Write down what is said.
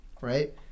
right